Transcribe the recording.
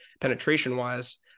penetration-wise